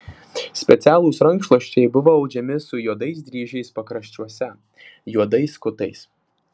specialūs rankšluosčiai buvo audžiami su juodais dryžiais pakraščiuose juodais kutais